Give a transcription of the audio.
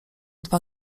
dwa